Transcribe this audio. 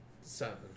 seven